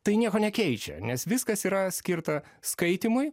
tai nieko nekeičia nes viskas yra skirta skaitymui